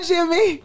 Jimmy